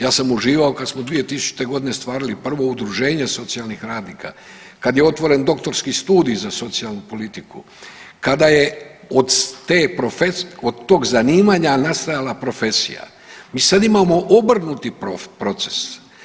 Ja sam uživao kad smo 2000.g. stvarali prvo udruženje socijalnih radnika, kad je otvoren doktorski studij za socijalnu politiku, kada je od tog zanimanja nastajala profesija, mi sad imamo obrnuti proces.